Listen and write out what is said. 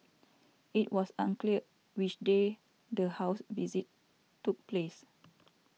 it was unclear which day the house visit took place